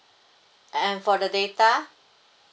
and for the data